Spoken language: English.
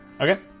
Okay